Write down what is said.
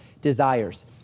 desires